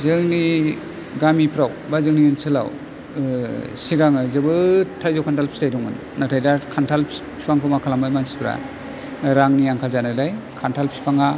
जोंनि गामिफ्राव बा जोंनि ओनसोलाव सिगाङो जोबोद थाइजौ खान्थाल फिथाइ दंमोन नाथाइ दा खान्थाल बिफांखौ मा खालामबाय मानसिफ्रा रांनि आंखाल जानायलाय खान्थाल बिफाङा